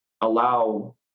allow